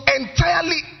entirely